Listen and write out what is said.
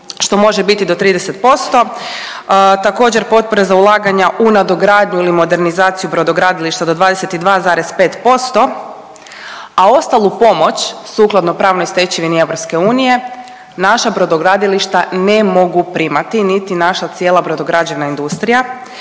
što može biti do 30%, također potpore za ulaganja u nadogradnju ili modernizaciju brodogradilišta do 22,5%, a ostalu pomoć sukladno pravnoj stečevini EU naša brodogradilišta ne mogu primati, niti naša cijela brodograđevna industrija